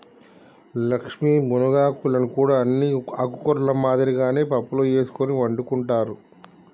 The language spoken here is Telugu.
లక్ష్మీ మునగాకులను కూడా అన్ని ఆకుకూరల మాదిరిగానే పప్పులో ఎసుకొని వండుకుంటారు